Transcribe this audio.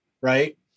right